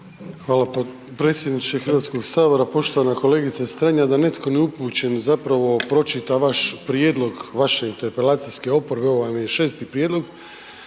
vam predsjedniče Hrvatskog sabora. Poštovana kolegice Strenja, da netko neupućen zapravo pročita vaš prijedlog vaše interpelacijske oporbe, ovo vam je šesti prijedlog,